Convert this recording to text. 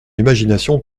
imagination